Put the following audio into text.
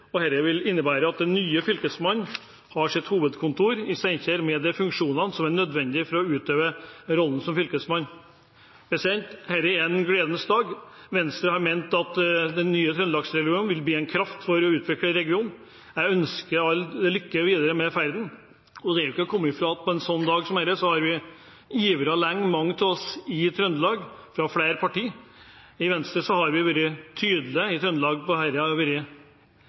at dette vil innebære at den nye Fylkesmannen har sitt hovedkontor i Steinkjer med de funksjonene som er nødvendige for å kunne utøve rollen som fylkesmann. Dette er en gledens dag. Venstre har ment at den nye Trøndelags-regionen vil bli en kraft for utvikling av regionen. Jeg ønsker alle lykke til videre på ferden. Det er ikke til å komme fra at en dag som dette har mange av oss i Trøndelag, fra flere partier, ivret for. Venstre i Trøndelag har i lang, lang tid vært tydelig på at dette har vært rett vei å gå. I Trøndelag har vi